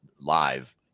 live